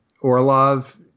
Orlov